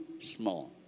small